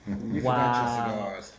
Wow